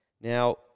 Now